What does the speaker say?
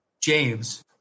James